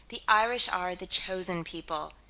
the irish are the chosen people.